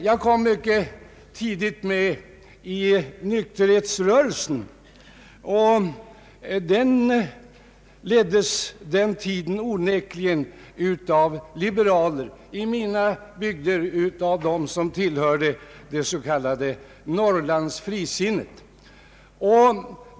Jag kom mycket tidigt med i nykterhetsrörelsen, som på den tiden onekligen leddes av liberaler — i mina bygder av personer som tillhörde det s.k. Norrlandsfrisinnet.